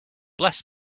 bless